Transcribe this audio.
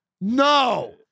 No